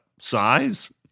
size